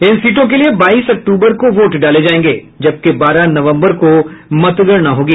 इन सीटों के लिए बाईस अक्टूबर को वोट डाले जायेंगे जबकि बारह नवम्बर को मतगणना होगी